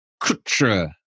Kutra